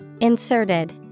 Inserted